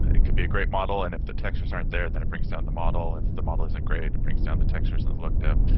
it could be a great model and if the textures aren't there, then it brings down the model. if the model isn't great it brings down the textures and the looked up.